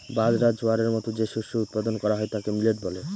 বাজরা, জোয়ারের মতো যে শস্য উৎপাদন করা হয় তাকে মিলেট বলে